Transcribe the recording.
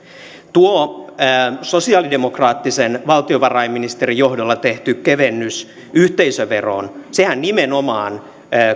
tuo sosialidemokraattisen valtiovarainministerin johdolla tehty kevennys yhteisöveroon nimenomaan